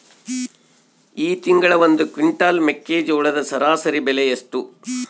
ಈ ತಿಂಗಳ ಒಂದು ಕ್ವಿಂಟಾಲ್ ಮೆಕ್ಕೆಜೋಳದ ಸರಾಸರಿ ಬೆಲೆ ಎಷ್ಟು?